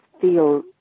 feel